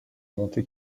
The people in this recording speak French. monte